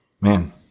Man